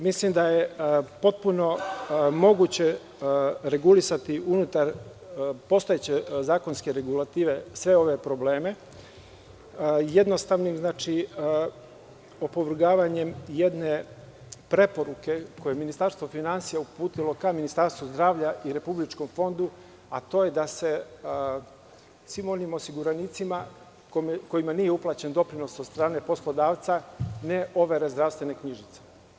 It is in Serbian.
Mislim da je potpuno moguće regulisati unutar postojeće zakonske regulative sve ove probleme jednostavnim opovrgavanjem jedne preporuke koju je Ministarstvo finansija uputilo ka Ministarstvu zdravlja i Republičkom fondu, a to je da se svim onim osiguranicima kojima nije uplaćen doprinos od strane poslodavca ne overe zdravstvene knjižice.